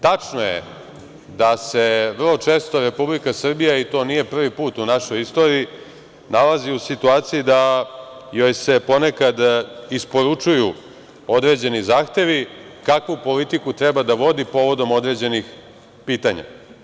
Tačno je da se vrlo često Republika Srbija, i to nije prvi put u našoj istoriji, nalazi u situaciji da joj se ponekad isporučuju određeni zahtevi kakvu politiku treba da vodi povodom određenih pitanja.